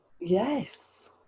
Yes